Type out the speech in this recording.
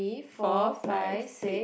four five six